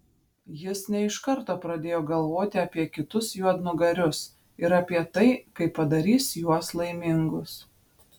jis ne iš karto pradėjo galvoti apie kitus juodnugarius ir apie tai kaip padarys juos laimingus